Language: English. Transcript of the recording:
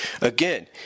Again